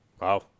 Wow